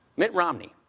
mitt romney,